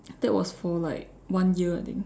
that was for like one year I think